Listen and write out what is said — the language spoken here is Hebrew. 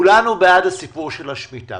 בשיעור העולה על 15 אחוזים מאחד הסכומים כאמור,